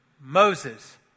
Moses